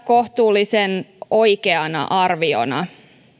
kohtuullisen oikeana arviona